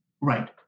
right